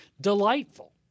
delightful